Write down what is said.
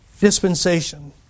Dispensation